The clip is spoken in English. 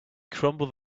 crumble